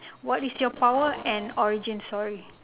what is your power and origin story